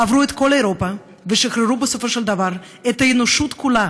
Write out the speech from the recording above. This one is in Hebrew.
עברו את כל אירופה ושחררו בסופו של דבר את האנושות כולה